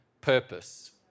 purpose